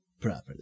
properly